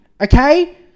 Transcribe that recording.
okay